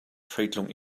hreitlung